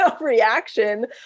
reaction